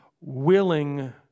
willing